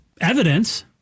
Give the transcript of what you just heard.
evidence